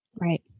Right